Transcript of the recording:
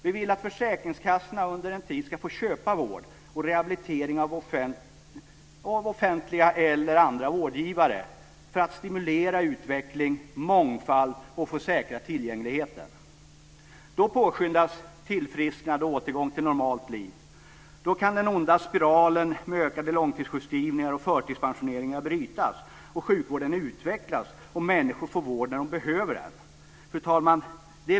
Vi vill att försäkringskassorna under en tid ska få köpa vård och rehabilitering av offentliga eller andra vårdgivare för att stimulera utveckling, mångfald och för att säkra tillgängligheten. Då påskyndas tillfrisknande och återgång till ett normalt liv. Då kan den onda spiralen med fler långtidssjukskrivningar och förtidspensioneringar brytas, sjukvården utvecklas och människor få vård när de behöver den. Fru talman!